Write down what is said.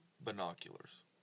binoculars